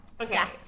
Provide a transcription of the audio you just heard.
Okay